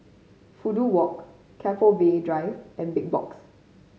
Fudu Walk Keppel Bay Drive and Big Box